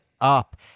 up